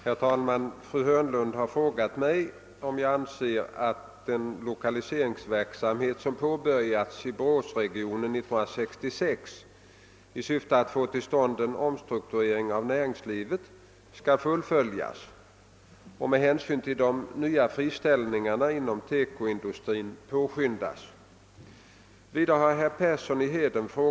Herr talman! Fru Hörnlund har frågat mig om jag anser att den lokaliseringsverksamhet som påbörjades i Boråsregionen 1966 i syfte att få till stånd en omstrukturering av näringslivet skall fullföljas och, med hänsyn till nya friställningar inom TEKO-industrin, påskyndas?